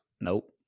Nope